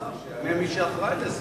אז לא אתה צריך לענות, שיענה מי שאחראי לזה.